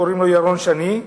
קוראים לו ירון שני,